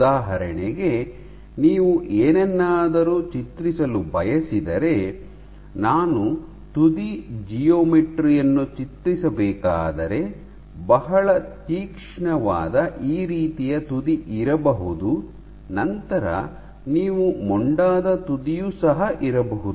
ಉದಾಹರಣೆಗೆ ನೀವು ಏನನ್ನಾದರೂ ಚಿತ್ರಿಸಲು ಬಯಸಿದರೆ ನಾನು ತುದಿ ಜಿಯೋಮೆಟ್ರಿ ಯನ್ನು ಚಿತ್ರಿಸಬೇಕಾದರೆ ಬಹಳ ತೀಕ್ಷ್ಣವಾದ ಈ ರೀತಿಯ ತುದಿ ಇರಬಹುದು ನಂತರ ನೀವು ಮೊಂಡಾದ ತುದಿಯು ಸಹ ಇರಬಹುದು